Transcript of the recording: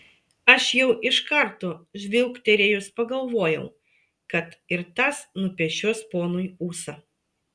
aš jau iš karto žvilgterėjus pagalvojau kad ir tas nupešios ponui ūsą